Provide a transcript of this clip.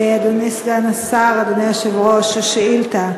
אדוני סגן השר, אדוני היושב-ראש, השאילתה: